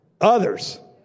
others